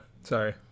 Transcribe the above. sorry